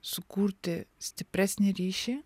sukurti stipresnį ryšį